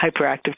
hyperactive